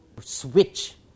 switch